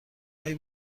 هایی